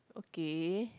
K